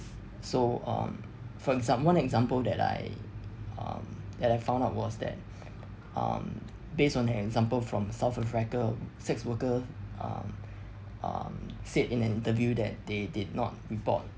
so um for exam~ one example that I um that I found out was that um based on an example from south africa sex worker um um said in an interview that they did not report